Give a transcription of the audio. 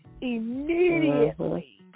immediately